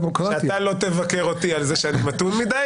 שאתה לא תבקר אותי על זה שאני מתון מדי,